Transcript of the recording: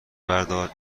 بردار